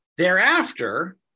Thereafter